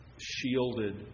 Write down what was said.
shielded